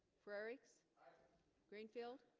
frerichs greenfield